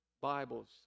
Bibles